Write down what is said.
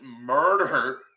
murder